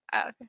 okay